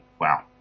Wow